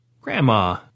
Grandma